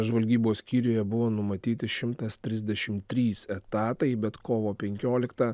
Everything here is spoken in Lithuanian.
žvalgybos skyriuje buvo numatyti šimtas trisdešimt trys etatai bet kovo penkioliktą